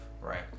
Right